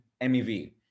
MEV